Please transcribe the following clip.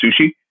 sushi